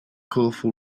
colorful